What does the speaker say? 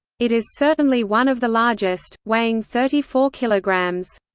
it is certainly one of the largest, weighing thirty four kilograms.